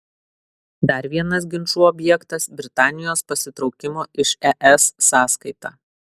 dar vienas ginčų objektas britanijos pasitraukimo iš es sąskaita